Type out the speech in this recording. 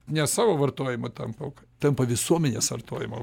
ne savo vartojimo tampa auka tampa visuomenės vartojimo